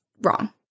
wrong